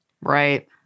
Right